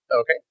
Okay